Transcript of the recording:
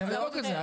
צריך לבדוק את זה.